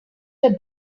were